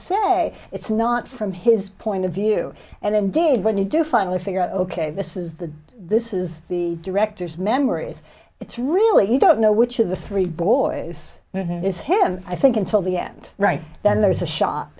say it's not from his point of view and indeed when you do finally figure out ok this is the this is the director's memories it's really you don't know which of the three boys is him i think until the end right then there's a shot